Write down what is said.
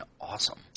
awesome